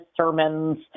sermons